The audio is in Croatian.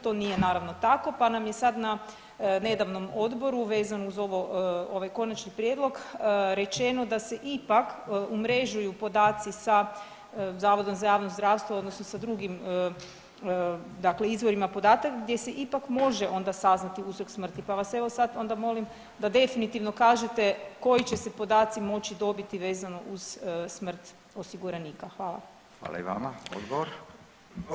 To nije naravno tako, pa nam je sad na nedavnom odboru vezano uz ovaj konačni prijedlog rečeno da se ipak umrežuju podaci sa Zavodom za javno zdravstvo, odnosno sa drugim, dakle izvorima podataka gdje se ipak može onda saznati uzrok smrti, pa vas evo sad onda molim da definitivno kažete koji će se podaci moći dobiti vezano uz smrt osiguranika.